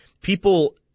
People